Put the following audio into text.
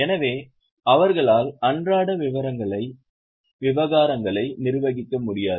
எனவே அவர்களால் அன்றாட விவகாரங்களை நிர்வகிக்க முடியாது